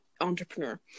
entrepreneur